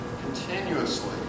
continuously